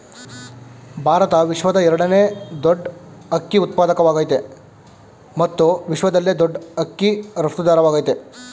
ಭಾರತ ವಿಶ್ವದ ಎರಡನೇ ದೊಡ್ ಅಕ್ಕಿ ಉತ್ಪಾದಕವಾಗಯ್ತೆ ಮತ್ತು ವಿಶ್ವದಲ್ಲೇ ದೊಡ್ ಅಕ್ಕಿ ರಫ್ತುದಾರವಾಗಯ್ತೆ